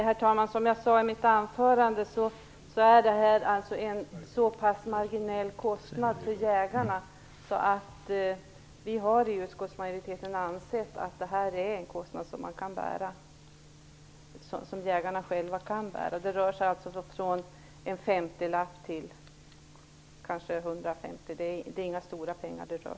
Herr talman! Som jag sade i mitt anförande, är det här fråga om en så pass marginell kostnad för jägarna att vi i utskottsmajoriteten har ansett att jägarna själva kan bära den kostnaden. Det rör sig alltså om 50-150 kr, så det är inga stora pengar.